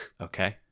Okay